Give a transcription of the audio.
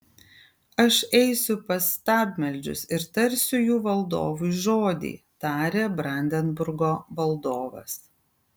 aš eisiu pas stabmeldžius ir tarsiu jų valdovui žodį tarė brandenburgo valdovas